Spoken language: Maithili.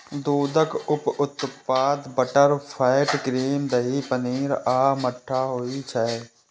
दूधक उप उत्पाद बटरफैट, क्रीम, दही, पनीर आ मट्ठा होइ छै